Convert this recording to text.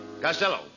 Costello